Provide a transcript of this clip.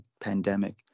pandemic